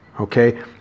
okay